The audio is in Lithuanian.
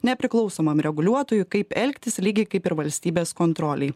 nepriklausomam reguliuotojui kaip elgtis lygiai kaip ir valstybės kontrolei